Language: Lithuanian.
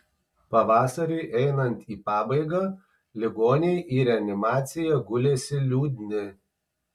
pavasariui einant į pabaigą ligoniai į reanimaciją gulėsi liūdni